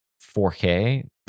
4k